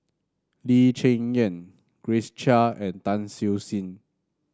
Lee Cheng Yan Grace Chia and Tan Siew Sin